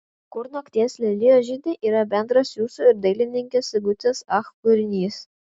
kur nakties lelijos žydi yra bendras jūsų ir dailininkės sigutės ach kūrinys